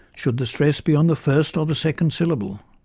should the stress be on the first or the second syllable?